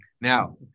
Now